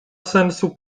sensu